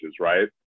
right